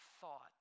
thought